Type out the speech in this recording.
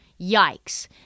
Yikes